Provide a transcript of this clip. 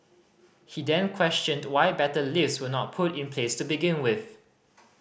he then questioned why better lifts were not put in place to begin with